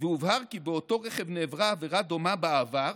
והובהר כי באותו רכב נעברה עבירה דומה בעבר,